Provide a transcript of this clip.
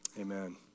Amen